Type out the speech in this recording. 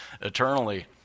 eternally